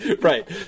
Right